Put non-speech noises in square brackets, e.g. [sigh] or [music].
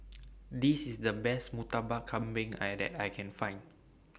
[noise] This IS The Best Murtabak Kambing I that I Can Find [noise]